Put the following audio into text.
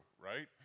right